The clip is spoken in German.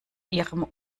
ihrem